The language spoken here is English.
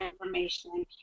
information